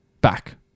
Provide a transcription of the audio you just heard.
Back